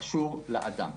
קשור לאדם.